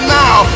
now